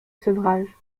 sevrage